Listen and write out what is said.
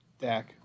Dak